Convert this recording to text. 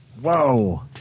Whoa